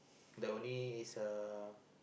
the only is a